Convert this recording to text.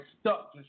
stuck